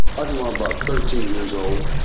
but about thirteen years old